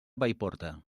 paiporta